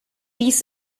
dies